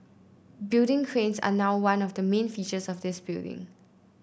building cranes are now one of the main features of this building